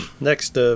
Next